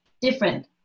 different